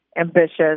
ambitious